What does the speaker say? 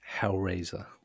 Hellraiser